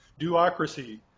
duocracy